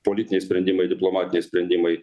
politiniai sprendimai diplomatiniai sprendimai